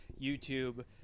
YouTube